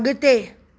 अॻिते